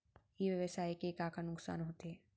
ई व्यवसाय के का का नुक़सान होथे?